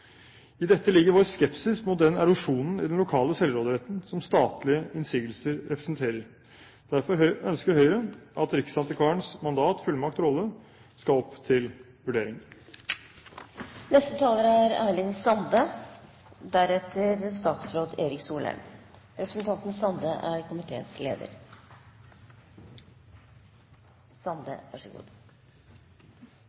I dette ligger vår skepsis mot den erosjonen i den lokale selvråderetten som statlige innsigelser representerer. Derfor ønsker Høyre at riksantikvarens mandat, fullmakt og rolle skal opp til vurdering. Som statsråden har slått fast i svaret sitt til komiteen, er